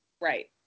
Right